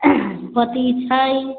पति छै